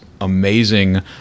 amazing